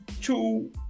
two